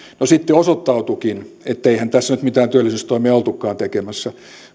no sitten osoittautuikin etteihän tässä nyt mitään työllisyystoimia oltukaan tekemässä